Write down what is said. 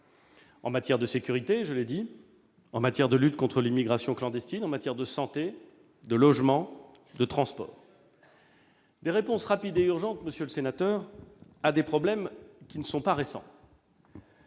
en matière de sécurité, mais aussi de lutte contre l'immigration clandestine, de santé, de logement et de transport. Des réponses rapides et urgentes, monsieur le sénateur, à des problèmes qui ne sont pas récents.